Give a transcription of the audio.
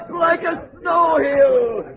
like a snow you